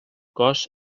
cos